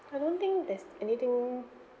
I don't think there's anything